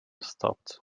stopped